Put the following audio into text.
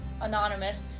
Anonymous